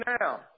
now